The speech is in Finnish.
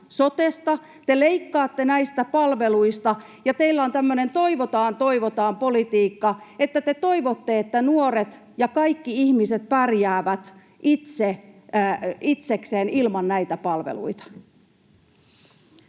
sotesta. Te leikkaatte näistä palveluista, ja teillä on tämmöinen toivotaan toivotaan -politiikka, että te toivotte, että nuoret ja kaikki ihmiset pärjäävät itse, itsekseen ilman näitä palveluita.